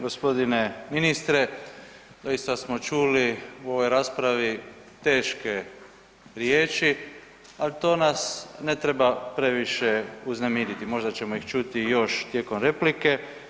G. ministre, doista smo čuli u ovoj raspravi teške riječi, a to nas ne treba previše uznemiriti, možda ćemo ih čuti još tijekom replike.